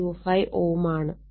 0525 Ω ആണ്